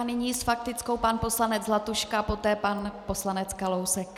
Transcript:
Nyní s faktickou pan poslanec Zlatuška, poté pan poslanec Kalousek.